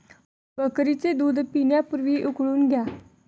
बकरीचे दूध पिण्यापूर्वी उकळून घ्या